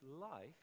life